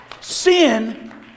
Sin